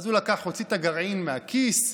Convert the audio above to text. הוא הוציא את הגרעין מהכיס,